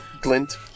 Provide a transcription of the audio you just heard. Glint